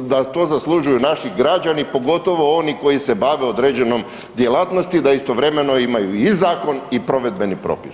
da to zaslužuju naši građani, pogotovo oni koji se bave određenom djelatnosti da istovremeno imaju i zakon i provedbeni propis.